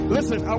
Listen